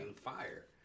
fire